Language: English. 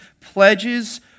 pledges